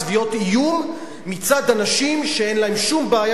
תביעות איום מצד אנשים שאין להם שום בעיה